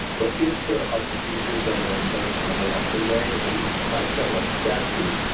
but if there are procedures that are in place on election day, at least by federal statute,